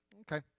Okay